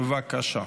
בבקשה.